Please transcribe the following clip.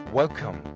welcome